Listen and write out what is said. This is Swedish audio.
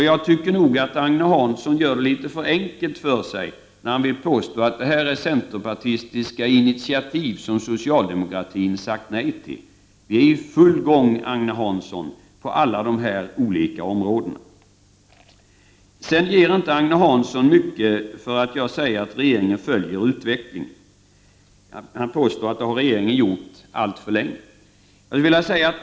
Jag tycker att Agne Hansson gör det litet för enkelt för sig när han påstår att det här är fråga om centerpartistiska initiativ som socialdemokratin sagt nej till. Socialdemokraterna arbetar för fullt inom alla dessa områden, Agne Hansson. Agne Hansson ger inte mycket för att jag säger att regeringen följer utvecklingen. Han påstår att regeringen har gjort det alltför länge.